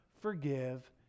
forgive